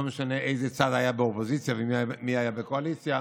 לא משנה איזה צד היה באופוזיציה ומי היה בקואליציה.